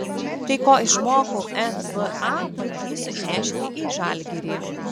tai ko išmokau nba bandysiu įnešti į žalgirį